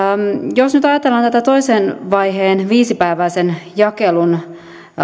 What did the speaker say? jos nyt ajatellaan tämän toisen vaiheen viisipäiväisen jakelun